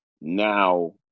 now